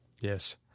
Yes